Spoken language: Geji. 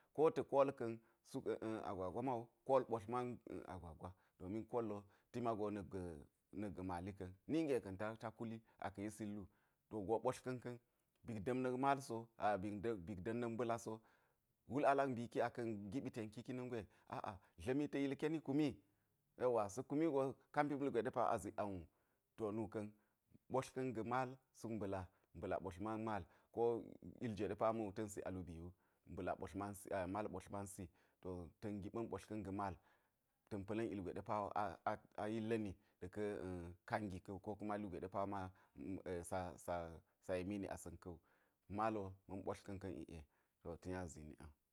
Kota̱ kol ka̱n suk agwagwa ma wu kol ɓotl man agwagwa domin kol wo ti mago na̱k ga̱ mali ka̱n nige ka̱n ta kuli aka̱ aka̱ yis lu to go ɓotlka̱n ka̱n, ba̱k da̱m nak mal so a ba̱k da̱ na̱ mbala̱ so, wul a lak mbiki aka̱ giɓi teki ki na̱ ngwe aa dla̱mi ta̱ yilkeni kumi yauwa sa̱ kumi wugo ka mbi ma̱lgwe ɗe pa wo a zik ang wu, to nu ka̱n ɓotlka̱n ga̱ mal suk mba̱la, mba̱la ɓotl man mal ko iljwe ɗe pa a ma̱ wuta̱nsi a lubii wu mbala̱ botl mansi ai mal ɓotl mansi, to ta̱n giɓa̱n ɓotlka̱n ga̱ mal, ta̱n pa̱la̱n ilgwe yillani ɗa̱ka̱ kangi ka̱wu, ko kuma ilgwe ɗe pa wo sa̱- sa̱- sa̱- yemini asa̱n ka̱wu, mal wo ma̱n ɓotlka̱nka̱n iˈe to ta̱ nya zini ang.